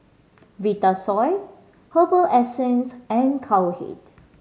Vitasoy Herbal Essences and Cowhead